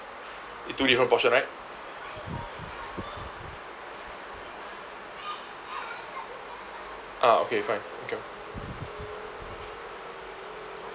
it two different portion right ah okay fine carry on